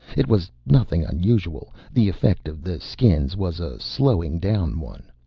it was nothing unusual. the effect of the skins was a slowing-down one.